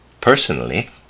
Personally